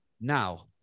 Now